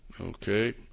Okay